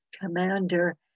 commander